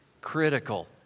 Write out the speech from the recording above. critical